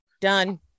Done